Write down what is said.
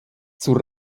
zur